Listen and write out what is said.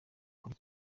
kuri